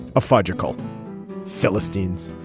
a forger called philistines,